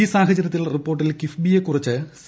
ഈ സാഹചരൃത്തിൽ റിപ്പോർട്ടിൽ കിഫ്ബിയെ ക്കുറിച്ച് സി